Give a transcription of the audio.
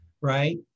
right